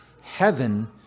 Heaven